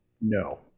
no